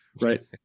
Right